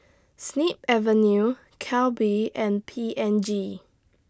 Snip Avenue Calbee and P and G